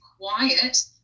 quiet